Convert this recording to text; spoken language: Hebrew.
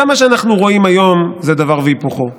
גם מה שאנחנו רואים היום זה דבר והיפוכו.